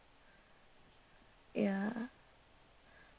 ya